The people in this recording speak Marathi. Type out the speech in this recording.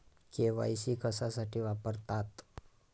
के.वाय.सी कशासाठी वापरतात?